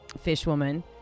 Fishwoman